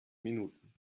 minuten